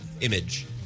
image